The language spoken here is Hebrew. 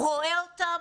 רואה אותם?